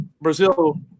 Brazil